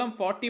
40%